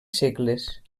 segles